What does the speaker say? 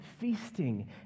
feasting